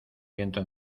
viento